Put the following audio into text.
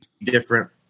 different